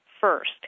first